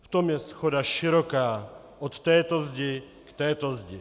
V tom je shoda široká od této zdi k této zdi .